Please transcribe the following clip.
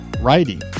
writing